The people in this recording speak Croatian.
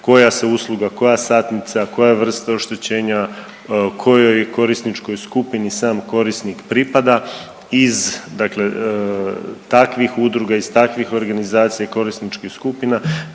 koja se usluga, koja satnica, koja vrsta oštećenja, kojoj korisničkoj skupini sam korisnik pripada. Iz dakle takvih udruga, iz takvih organizacija i korisničkih skupina